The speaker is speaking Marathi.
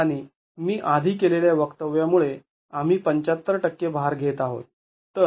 आणि मी आधी केलेल्या वक्तव्यामुळे आम्ही ७५ टक्के भार घेत आहोत